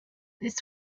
this